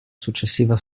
successiva